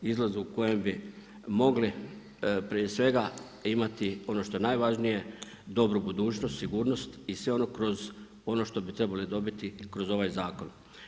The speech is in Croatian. Izlaz u kojem bi mogli prije svega imati ono što je najvažnije, dobru budućnost, sigurnost i sve ono kroz ono što bi trebali dobiti kroz ovaj zakon.